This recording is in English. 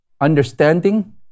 understanding